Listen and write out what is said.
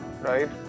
right